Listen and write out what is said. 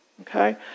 Okay